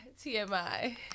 tmi